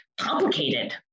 complicated